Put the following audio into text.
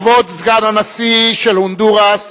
כבוד סגן הנשיא של הונדורס,